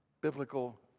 biblical